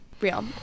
Real